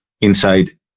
inside